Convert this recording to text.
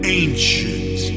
ancient